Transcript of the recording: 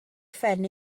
phen